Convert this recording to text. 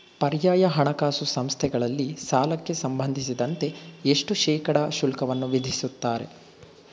ಪರ್ಯಾಯ ಹಣಕಾಸು ಸಂಸ್ಥೆಗಳಲ್ಲಿ ಸಾಲಕ್ಕೆ ಸಂಬಂಧಿಸಿದಂತೆ ಎಷ್ಟು ಶೇಕಡಾ ಶುಲ್ಕವನ್ನು ವಿಧಿಸುತ್ತಾರೆ?